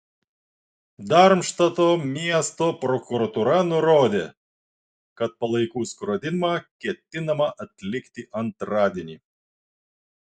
darmštato miesto prokuratūra nurodė kad palaikų skrodimą ketinama atlikti antradienį